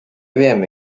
wiemy